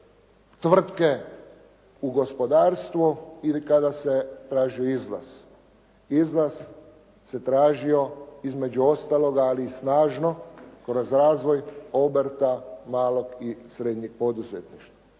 tvrtke u gospodarstvu ili kada se tražio izlaz. Izlaz se tražio između ostaloga ali i snažno kroz razvoj obrta malog i srednjeg poduzetništva.